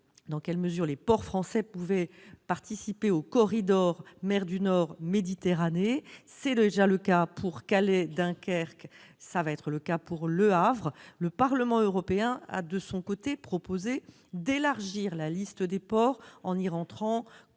dans quelle mesure les ports français pouvaient être intégrés au corridor mer du Nord-Méditerranée. C'est déjà le cas pour Calais et Dunkerque ; ce le sera pour Le Havre. Le Parlement européen, de son côté, a proposé d'élargir la liste des ports éligibles en